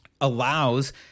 Allows